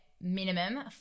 minimum